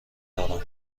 دارم